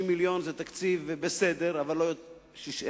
60 מיליון זה תקציב בסדר, אבל לא יותר, 67